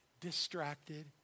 distracted